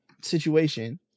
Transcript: situation